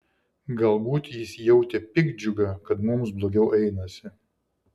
galbūt jis jautė piktdžiugą kad mums blogiau einasi